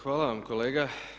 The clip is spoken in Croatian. Hvala vam kolega.